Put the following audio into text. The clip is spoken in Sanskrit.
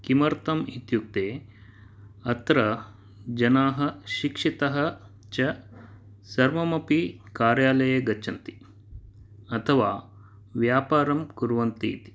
किमर्थम् इत्युक्ते अत्र जनाः शिक्षितः च सर्वमपि कार्यालये गच्छन्ति अथवा व्यापारं कुर्वन्ति इति